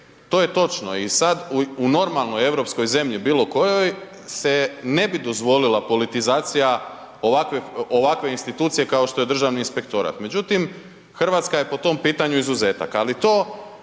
to je točno i sad u normalnoj europskoj zemlji bilo kojoj se ne bi dozvolila politizacija ovakve institucije kao što je Državni inspektorat. Međutim, RH je po tom pitanju izuzetak,